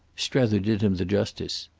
strether did him the justice.